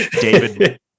david